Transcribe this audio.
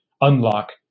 unlock